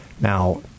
Now